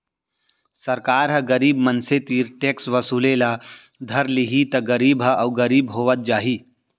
सरकार ह गरीब मनसे तीर टेक्स वसूले ल धर लेहि त गरीब ह अउ गरीब होवत जाही